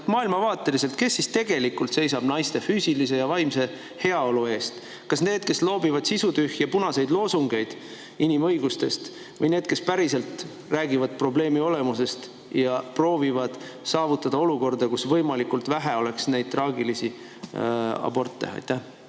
maailmavaateliselt: kes siis tegelikult seisab naiste füüsilise ja vaimse heaolu eest? Kas need, kes loobivad sisutühje punaseid loosungeid inimõigustest, või need, kes päriselt räägivad probleemi olemusest ja proovivad saavutada olukorda, kus võimalikult vähe oleks neid traagilisi aborte?